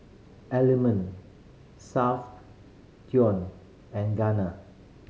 Element Soundteoh and Garnier